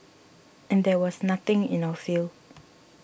and there was nothing in our field